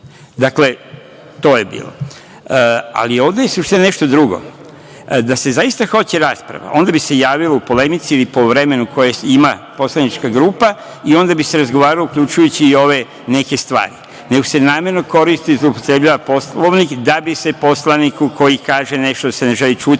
Vukadinović** Ovde je suština nešto drugo, da se zaista hoće rasprava, onda bi se javilo u polemici ili po vremenu koje ima poslanička grupa i onda bi se razgovaralo uključujući i ove neke stvari, nego se namerno koristi i zloupotrebljava Poslovnik, da bi se poslaniku koji kaže nešto da se ne želi čuti,